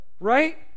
Right